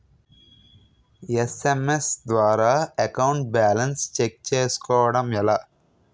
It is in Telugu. ఎస్.ఎం.ఎస్ ద్వారా అకౌంట్ బాలన్స్ చెక్ చేసుకోవటం ఎలా?